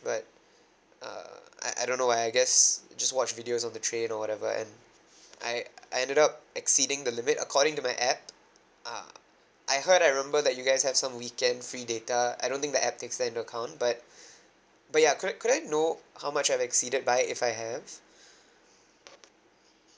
but uh I I don't know why I guess I just watch videos of the train or whatever and I I ended up exceeding the limit according to my app uh I heard I remember that you guys have some weekend free data I don't think the app takes that into account but but ya could I could I know how much I've exceeded by if I have